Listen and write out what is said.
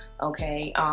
okay